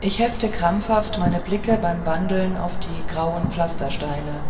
ich hefte krampfhaft meine blicke beim wandeln auf die grauen pflastersteine